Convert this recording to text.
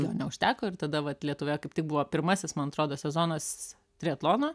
jo neužteko ir tada vat lietuvoje kaip tik buvo pirmasis man atrodo sezonas triatlono